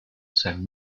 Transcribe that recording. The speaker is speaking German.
sam